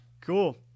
Cool